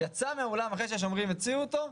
יצא מן האולם אחרי שהשומרים הוציאו אותו,